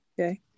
Okay